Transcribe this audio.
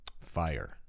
Fire